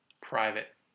private